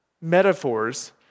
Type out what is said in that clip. metaphors